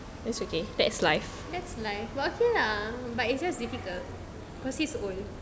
that's life but okay lah but it's just difficult because he's old